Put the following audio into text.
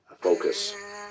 focus